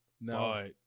No